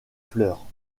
fleurs